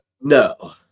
No